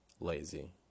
Lazy